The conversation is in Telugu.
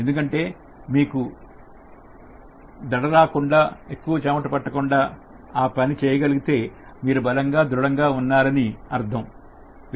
ఎందుకంటే నీకు దడ రాకుండా ఎక్కువ చెమట పట్టకుండా ఆ పని చేయగలిగితే మీరు బలంగా దృఢంగా ఉన్నారని అర్థం